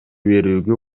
берүүгө